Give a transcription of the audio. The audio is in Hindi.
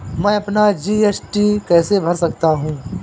मैं अपना जी.एस.टी कैसे भर सकता हूँ?